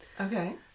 Okay